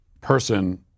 person